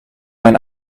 mijn